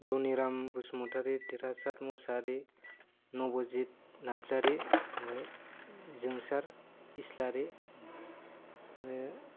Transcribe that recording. धनिराम बसुमतारि देरहासात मुसाहारि नबजित नार्जारि ओमफ्राय जोंसार इस्लारि आरो